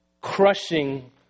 crushing